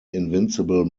invincible